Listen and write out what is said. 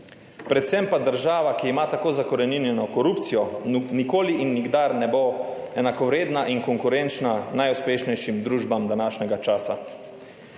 Predvsem pa država, ki ima tako zakoreninjeno korupcijo, nikoli in nikdar ne bo enakovredna in konkurenčna najuspešnejšim družbam današnjega časa.